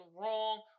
wrong